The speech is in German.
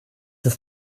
ist